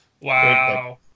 Wow